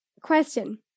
question